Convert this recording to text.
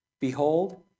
Behold